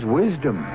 wisdom